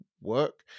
work